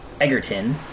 Egerton